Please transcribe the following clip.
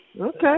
Okay